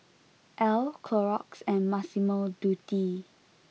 Elle Clorox and Massimo Dutti